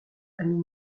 ami